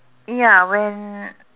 ya when